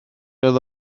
oedd